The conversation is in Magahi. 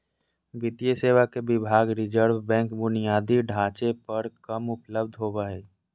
वित्तीय सेवा के विभाग रिज़र्व बैंक बुनियादी ढांचे पर कम उपलब्ध होबो हइ